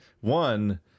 one